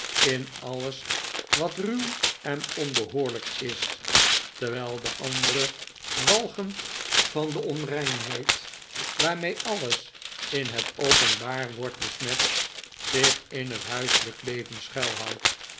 in alles wat ruw en onbehoorlijk is terwijl de andere walgend van de onreinheid waarmee alles in het openbaar wordt besmet zich in het huiselijk leven schuil